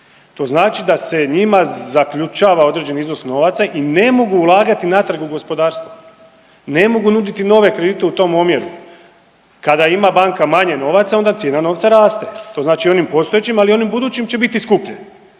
To znači da se njima zaključava određeni iznos novaca i ne mogu ulagati natrag u gospodarstvo, ne mogu nuditi nove kredite u tom omjeru. Kada ima banka manje novaca onda cijena novca raste, to znači onim postojećim, ali i onim budućim će biti skuplje.